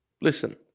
Listen